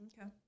Okay